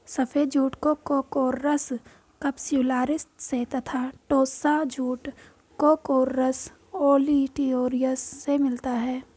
सफ़ेद jute Corchorus capsularis से तथा टोस्सा जूट कोर्कोरस ओलिटोरियस से मिलता है